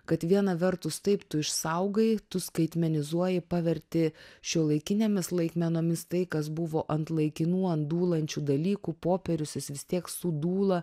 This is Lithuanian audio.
kad viena vertus taip tu išsaugai skaitmenizuoji paverti šiuolaikinėmis laikmenomis tai kas buvo ant laikinų ant dūlančių dalykų popierius jis vis tiek sudūla